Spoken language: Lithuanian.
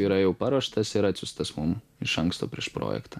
yra jau paruoštas ir atsiųstas mum iš anksto prieš projektą